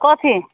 कथी